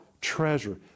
treasure